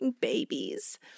babies